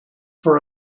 for